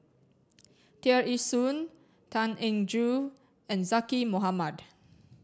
Tear Ee Soon Tan Eng Joo and Zaqy Mohamad